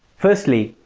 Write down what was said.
firstly,